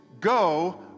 go